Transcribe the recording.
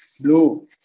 Blue